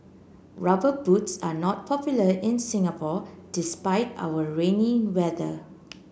rubber boots are not popular in Singapore despite our rainy weather